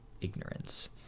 ignorance